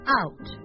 out